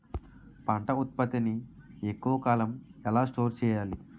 పంట ఉత్పత్తి ని ఎక్కువ కాలం ఎలా స్టోర్ చేయాలి?